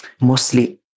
mostly